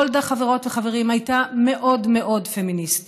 גולדה, חברות וחברים, הייתה מאוד מאוד פמיניסטית.